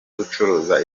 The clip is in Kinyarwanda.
gucuruza